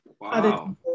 wow